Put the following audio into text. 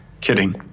Kidding